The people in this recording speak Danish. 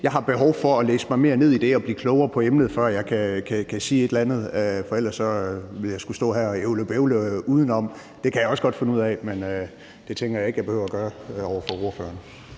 jeg har behov for at læse mig mere ned i det og blive klogere på emnet, før jeg kan sige et eller andet, for ellers vil jeg skulle stå her og ævle-bævle udenom – det kan jeg også godt finde ud af – men det tænker jeg ikke jeg behøver at gøre over for ordføreren.